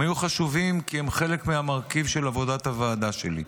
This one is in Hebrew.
הם היו חשובים כי הם חלק מהמרכיב של עבודת הוועדה שלי.